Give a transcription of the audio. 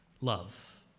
love